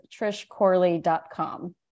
trishcorley.com